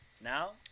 now